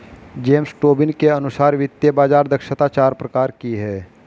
James Tobin के अनुसार वित्तीय बाज़ार दक्षता चार प्रकार की है